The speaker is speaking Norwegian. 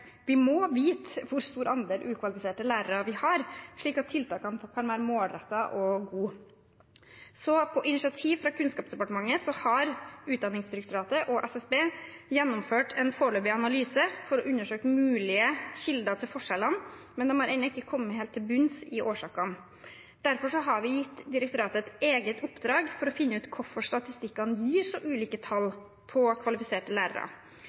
Vi må vite hvor stor andel ukvalifiserte lærere vi har, slik at tiltakene kan være målrettet og gode. På initiativ fra Kunnskapsdepartementet har Utdanningsdirektoratet og SSB gjennomført en foreløpig analyse for å undersøke mulige kilder til forskjellene, men de har ennå ikke kommet helt til bunns i årsakene. Derfor har vi gitt direktoratet et eget oppdrag for å finne ut hvorfor statistikkene gir så ulike tall på kvalifiserte lærere.